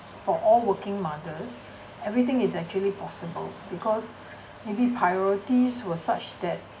for all working mothers everything is actually possible because maybe priorities were such that